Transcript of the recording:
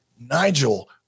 Nigel